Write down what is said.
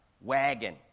wagon